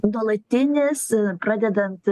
nuolatinis pradedant